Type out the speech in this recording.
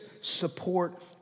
support